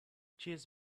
cheers